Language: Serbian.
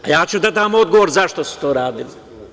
A ja ću da dam odgovor zašto su to radili.